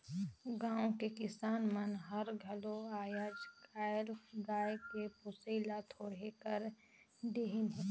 गाँव के किसान मन हर घलो आयज कायल गाय के पोसई ल थोरहें कर देहिनहे